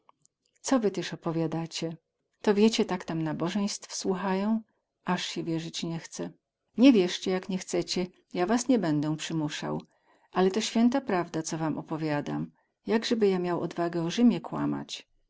co wy tyz opowiadacie to wiecie tak tam nabozeństw słuchają ani sie wierzyć nie chce nie wierzcie jak nie chcecie ja was nie bedę przymusał ale to święta prawda co wam opowiadam jakzeby ja miał odwagę o rzymie kłamać